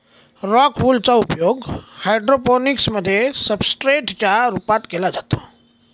rock wool चा उपयोग hydroponics मध्ये सब्सट्रेट च्या रूपात केला जातो